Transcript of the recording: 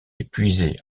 épuisée